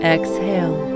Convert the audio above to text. Exhale